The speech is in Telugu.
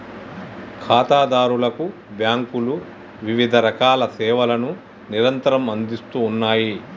ఖాతాదారులకు బ్యాంకులు వివిధరకాల సేవలను నిరంతరం అందిస్తూ ఉన్నాయి